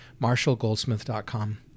marshallgoldsmith.com